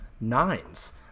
Nines